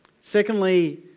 Secondly